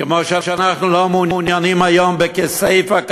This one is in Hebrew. כמו שאנחנו לא מעוניינים היום בכסייפה,